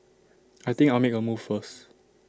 I think I'll make A move first